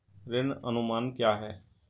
ऋण अनुमान क्या है?